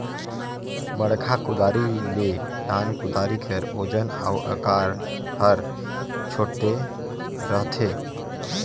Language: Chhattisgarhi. बड़खा कुदारी ले नान कुदारी कर ओजन अउ अकार हर छोटे रहथे